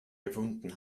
gefunden